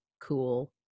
cool